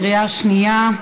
בקריאה שנייה.